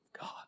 God